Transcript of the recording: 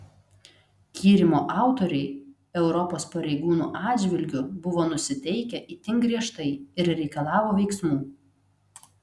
tyrimo autoriai europos pareigūnų atžvilgiu buvo nusiteikę itin griežtai ir reikalavo veiksmų